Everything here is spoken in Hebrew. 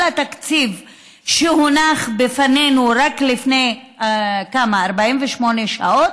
על התקציב שהונח בפנינו רק לפני 48 שעות,